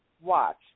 watch